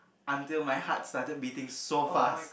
until my heart started beating so fast